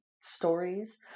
stories